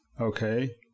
Okay